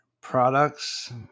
products